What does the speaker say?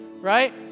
right